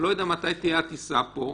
אני לא יודע מתי תהיה הטיסה פה.